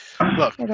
Look